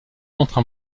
montre